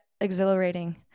exhilarating